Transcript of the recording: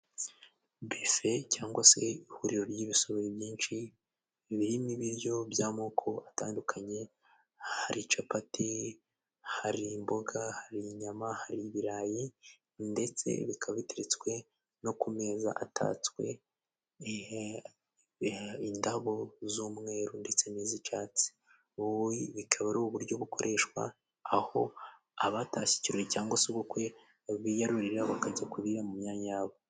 Befe cyangwa se ihuriro ry'ibisorori byinshi birimo ibiryo by'amoko atandukanye: hari capati, hari imboga, hari inyama, hari ibirayi ndetse bikaba biteretswe no ku meza atatsweho indabo z'umweru ndetse n'izi'icatsi. Ubu bikaba ari uburyo bukoreshwa aho abatashye ikirori cyangwa se ubukwe ba biyarurira bakajya kurira mu myanya yabo.